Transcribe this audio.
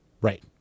Right